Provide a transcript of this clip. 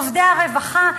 עובדי הרווחה.